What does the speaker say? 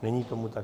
Není tomu tak.